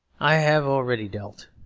i have already dealt.